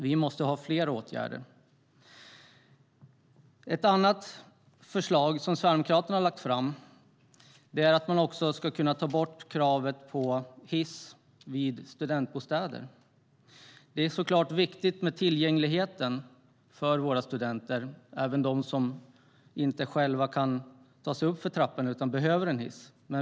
Det behövs fler åtgärder. Ett annat förslag som Sverigedemokraterna har lagt fram är att man ska kunna ta bort kravet på hiss i studentbostäder. Det är så klart viktigt med tillgänglighet även för dem som inte själva kan ta sig upp för trappor utan behöver hiss.